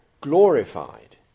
glorified